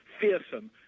fearsome